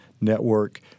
network